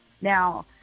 now